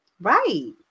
right